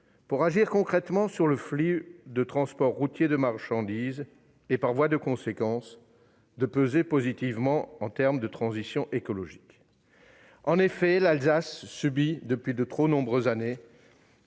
d'agir concrètement sur le flux de transport routier de marchandises et, par voie de conséquence, de peser positivement sur la transition écologique. En effet, l'Alsace subit depuis de trop nombreuses années